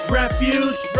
refuge